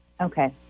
Okay